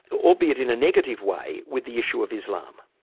albeit in a negative way, with the issue of islam.